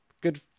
Good